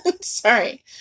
sorry